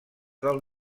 del